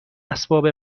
اسباب